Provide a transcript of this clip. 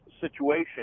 situation